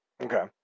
Okay